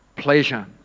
pleasure